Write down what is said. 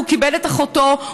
והוא כיבד את אחותו,